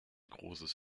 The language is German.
großes